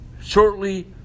shortly